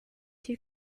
two